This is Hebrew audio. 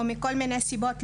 או מכל מיני סיבות,